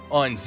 on